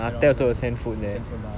then alright send food lah